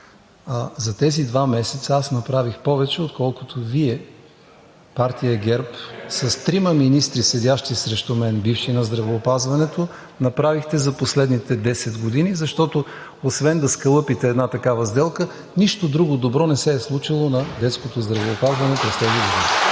за тези два месеца аз направих повече отколкото Вие – партия ГЕРБ, с трима бивши министри на здравеопазването, седящи срещу мен, направихте за последните 10 години, защото освен да скалъпите една такава сделка, нищо добро не се е случило на детското здравеопазване през тези години.